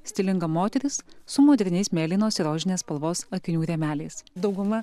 stilinga moteris su moderniais mėlynos ir rožinės spalvos akinių rėmeliais dauguma